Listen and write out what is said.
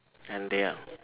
and they are